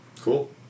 cool